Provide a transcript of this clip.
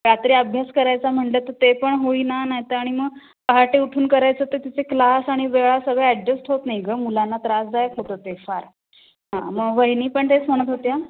रात्री अभ्यास करायचा म्हटलं तर ते पण होईना नाही तर आणि मग पहाटे उठून करायचं होतं तिचे क्लास आणि वेळा सगळं ॲडजस्ट होत नाही गं मुलांना त्रासदायक होतं ते फार हां मग वहिनी पण तेच म्हणत होत्या